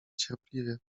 cierpliwie